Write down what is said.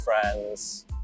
friends